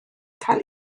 cael